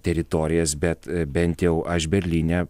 teritorijas bet bent jau aš berlyne